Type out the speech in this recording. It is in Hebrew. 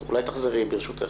אולי תחזרי על הנוסח?